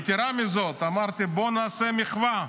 יתרה מזאת, אמרתי: בואו נעשה מחווה,